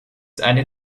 eine